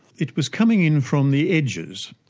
it was coming in from the edges,